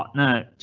no.